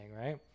right